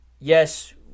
Yes